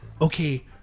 okay